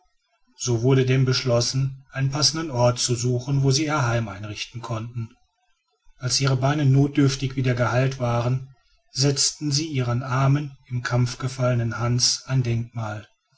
so wurde denn beschlossen einen passenden ort zu suchen wo sie ihr heim einrichten könnten als ihre beine notdürftig wieder geheilt waren setzten sie ihren armen im kampfe gefallenen hans ein denkmal